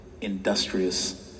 industrious